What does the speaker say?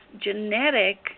genetic